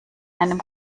einem